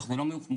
אנחנו לא מוכנים,